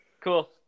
Cool